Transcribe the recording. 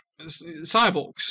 cyborgs